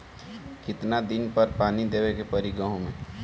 कितना दिन पर पानी देवे के पड़ी गहु में?